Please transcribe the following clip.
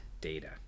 data